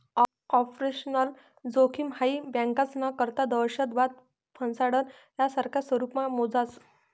operational जोखिम हाई बँकास्ना करता दहशतवाद, फसाडणं, यासारखा स्वरुपमा मोजास